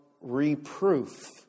reproof